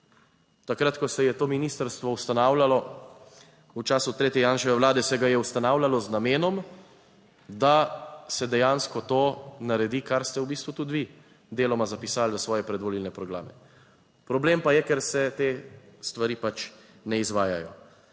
Takrat, ko se je to ministrstvo ustanavljalo v času tretje Janševe Vlade, se ga je ustanavljalo z namenom, da se dejansko to naredi, kar ste v bistvu tudi vi deloma zapisali v svoje predvolilne programe, problem pa je, ker se te stvari pač ne izvajajo